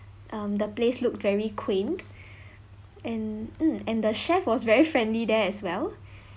um the place look very quaint and mm and the chef was very friendly there as well